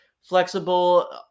flexible